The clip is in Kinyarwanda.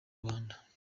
rwanda